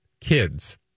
kids